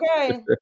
Okay